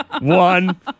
One